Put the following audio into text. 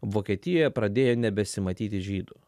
vokietijoje pradėjo nebesimatyti žydų